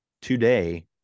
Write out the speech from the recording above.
Today